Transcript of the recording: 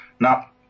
Now